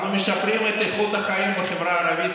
אנו משפרים את איכות החיים בחברה הערבית,